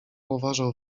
uważał